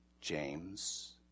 James